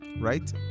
right